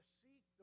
seek